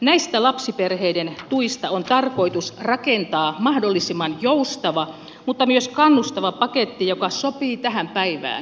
näistä lapsiperheiden tuista on tarkoitus rakentaa mahdollisimman joustava mutta myös kannustava paketti joka sopii tähän päivään